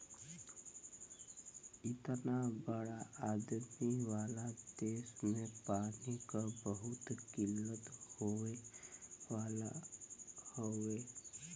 इतना बड़ा आबादी वाला देस में पानी क बहुत किल्लत होए वाला हउवे